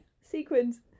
Sequins